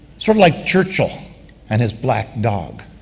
sort of like churchill and his black dog.